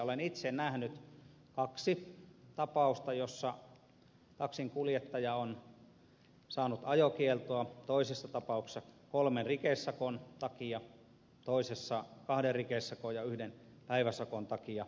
olen itse nähnyt kaksi tapausta joissa taksinkuljettaja on saanut ajokieltoa toisessa tapauksessa kolmen rikesakon takia toisessa kahden rikesakon ja yhden päiväsakon takia